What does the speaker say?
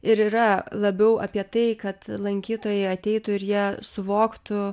ir yra labiau apie tai kad lankytojai ateitų ir jie suvoktų